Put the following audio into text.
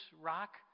rock